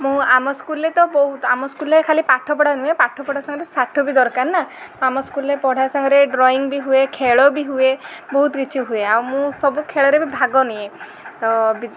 ମୁଁ ଆମ ସ୍କୁଲରେ ତ ବହୁତ ଆମ ସ୍କୁଲରେ ଖାଲି ପାଠପଢ଼ା ନୁହେଁ ପଢ଼ା ସହିତ ସାଠ ବି ଦରକାର ନା ତ ଆମ ସ୍କୁଲରେ ତାହା ସାଙ୍ଗରେ ଡ୍ରଇଂ ବି ହୁଏ ଖେଳ ବି ହୁଏ ବହୁତ କିଛି ହୁଏ ଆଉ ମୁଁ ସବୁ ଖେଳରେ ବି ଭାଗ ନିଏ